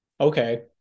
Okay